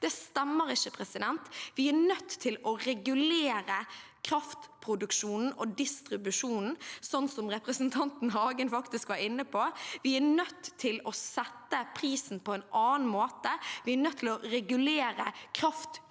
Det stemmer ikke. Vi er nødt til å regulere kraftproduksjonen og distribusjonen, sånn som representanten Hagen var inne på. Vi er nødt til å sette prisen på en annen måte. Vi er nødt til å regulere kraftutvekslingen